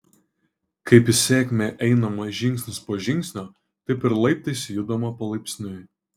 kaip į sėkmę einama žingsnis po žingsnio taip ir laiptais judama palaipsniui